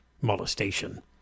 molestation